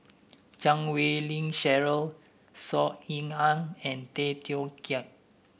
Chan Wei Ling Cheryl Saw Ean Ang and Tay Teow Kiat